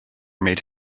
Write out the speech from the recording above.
made